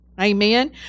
Amen